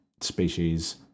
species